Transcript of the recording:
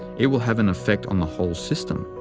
it will have an effect on the whole system,